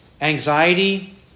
anxiety